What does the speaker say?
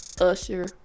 usher